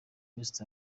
west